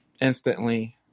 instantly